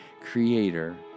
creator